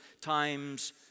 times